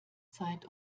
zeit